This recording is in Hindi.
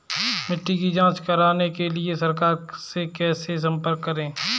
मिट्टी की जांच कराने के लिए सरकार से कैसे संपर्क करें?